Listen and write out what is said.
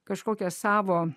kažkokią savo